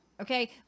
okay